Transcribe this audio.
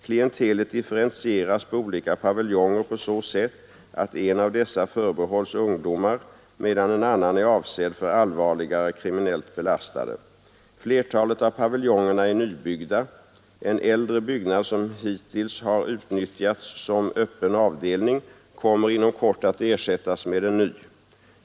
Klientelet differentieras på olika paviljonger på så sätt att en av dessa förbehålls ungdomar medan en annan är avsedd för allvarligare kriminellt belastade. Flertalet av paviljongerna är nybyggda. En äldre byggnad, som hittills har utnyttjats som öppen avdelning, kommer inom kort att ersättas med en ny.